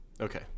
okay